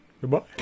Goodbye